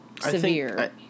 severe